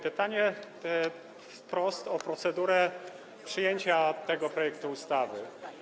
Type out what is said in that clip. Pytanie wprost o procedurę przyjęcia tego projektu ustawy.